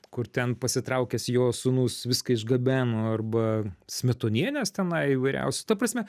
kur ten pasitraukęs jo sūnus viską išgabeno arba smetonienės tenai įvairiausių ta prasme